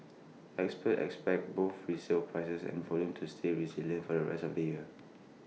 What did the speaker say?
experts expect both resale prices and volume to stay resilient for the rest of the year